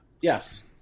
Yes